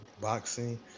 boxing